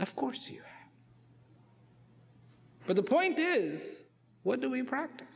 of course you but the point is what do we practice